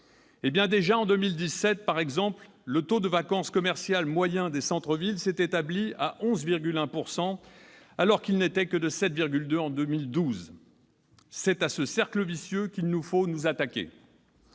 Déjà, en 2017, par exemple, le taux de vacance commerciale moyen des centres-villes s'établissait à 11,1 %, alors qu'il n'était que de 7,2 % en 2012. C'est à ce cercle vicieux qu'il nous faut nous attaquer